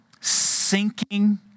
Sinking